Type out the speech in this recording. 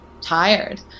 tired